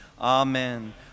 Amen